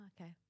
okay